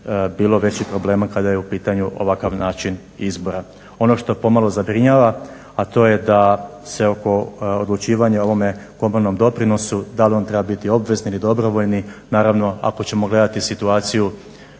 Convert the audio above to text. bilo većih problema kada je u pitanju ovakav način izbora. Ono što pomalo zabrinjava, a to se da oko odlučivanja o ovome komornom doprinosu, da li on treba biti obvezni ili dobrovoljni, naravno ako ćemo gledati situaciju